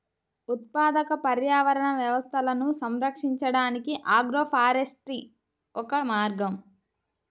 ఉత్పాదక పర్యావరణ వ్యవస్థలను సంరక్షించడానికి ఆగ్రోఫారెస్ట్రీ ఒక మార్గం